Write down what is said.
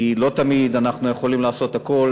כי לא תמיד אנחנו יכולים לעשות הכול,